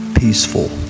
peaceful